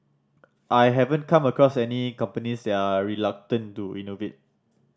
I haven't come across any companies they are reluctant to innovate